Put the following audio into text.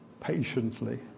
patiently